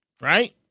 right